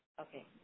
Okay